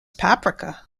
paprika